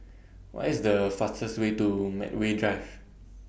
What IS The fastest Way to Medway Drive